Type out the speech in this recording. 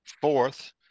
fourth